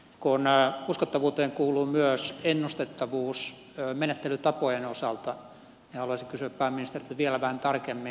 kun uskottavuuteen kuuluu myös ennustettavuus menettelytapojen osalta niin haluaisin kysyä pääministeriltä vielä vähän tarkemmin